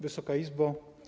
Wysoka Izbo!